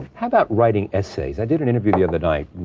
how about writing essays? i did an interview the other night,